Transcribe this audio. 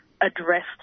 addressed